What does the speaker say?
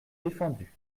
défendu